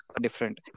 different